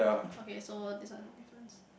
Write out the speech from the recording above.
okay so these are the difference